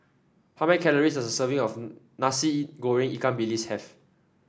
how many calories does a serving of Nasi Goreng Ikan Bilis have